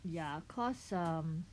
ya cause um